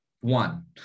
One